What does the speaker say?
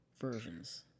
versions